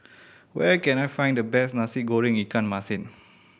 where can I find the best Nasi Goreng ikan masin